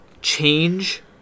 Change